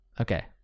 okay